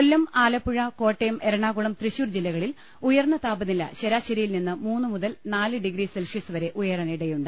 കൊല്ലം ആലപ്പുഴ കോട്ടയം എറണാകുളം തൃശൂർ ജില്ലകളിൽ ഉയർന്ന താപനില ശരാശരിയിൽ നിന്ന് മൂന്ന് മുതൽ നാല് ഡിഗ്രി സെൽഷ്യസ് വരെ ഉയരാനിടയുണ്ട്